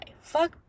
fuck